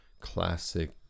classic